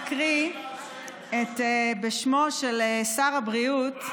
אקריא בשמו של שר הבריאות,